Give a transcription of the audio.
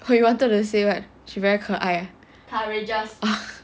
what you wanted to say what she very 可爱 ah